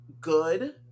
good